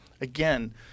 again